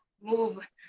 move